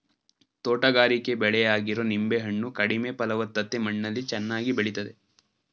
ತೋಟಗಾರಿಕೆ ಬೆಳೆಯಾಗಿರೊ ನಿಂಬೆ ಹಣ್ಣು ಕಡಿಮೆ ಫಲವತ್ತತೆ ಮಣ್ಣಲ್ಲಿ ಚೆನ್ನಾಗಿ ಬೆಳಿತದೆ